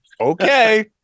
okay